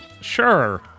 Sure